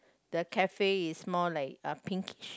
the cafe is more like uh pinkish